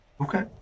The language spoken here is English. okay